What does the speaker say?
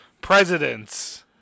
Presidents